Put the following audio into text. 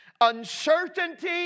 uncertainty